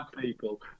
people